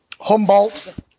Humboldt